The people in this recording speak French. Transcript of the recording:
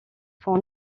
font